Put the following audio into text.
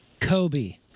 Kobe